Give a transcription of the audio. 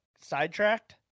sidetracked